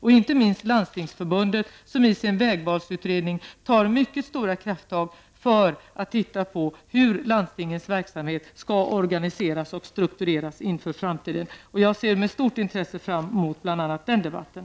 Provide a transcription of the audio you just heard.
Inte minst gäller det Landstingsförbundet, som i sin vägvalsutredning tar mycket stora krafttag när det gäller att ta reda på hur landstingens verksamhet skall organiseras och struktureras inför framtiden. Jag ser med stort intresse fram emot bl.a. den debatten.